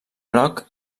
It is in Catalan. groc